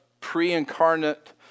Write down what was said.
pre-incarnate